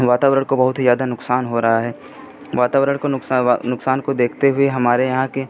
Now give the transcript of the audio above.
वातावरण को बहुत ही ज़्यादा नुक़सान हो रहा है वातावरण को नुक़सान व नुक़सान को देखते हुए हमारे यहाँ के